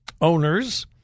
owners